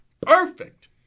perfect